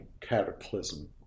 cataclysm